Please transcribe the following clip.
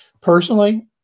personally